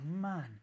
man